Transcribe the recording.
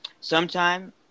sometime